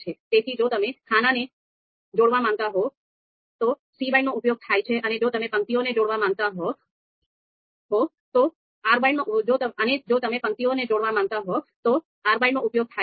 તેથી જો તમે ખાનાને જોડવા માંગતા હોવ તો cbind નો ઉપયોગ થાય છે અને જો તમે પંક્તિઓને જોડવા માંગતા હોવ તો rbind નો ઉપયોગ થાય છે